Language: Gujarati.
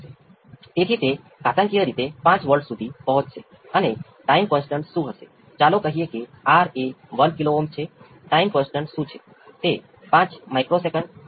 હવે આપણે t બરાબર 0 મૂકીએ છીએ અને આપણને VC કુલ પર 0 મળે છે જે V c ઓફ 0 પર આપવામાં આવેલી પ્રારંભિક સ્થિતિની બરાબર હોવી જોઈએ અને તે t ને 0 બદલવા બરાબર છે